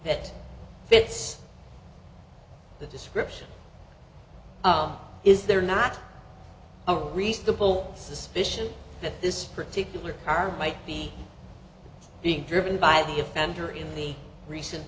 that fits the description is there not a reasonable suspicion that this particular car might be being driven by the offender in the recent